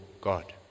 God